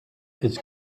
it’s